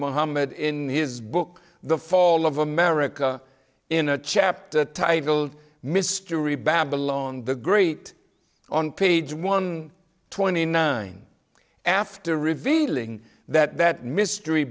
muhammad in his book the fall of america in a chapter titled mystery babylon the great on page one twenty nine after revealing that mystery